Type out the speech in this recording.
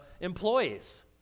employees